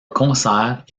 concert